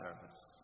service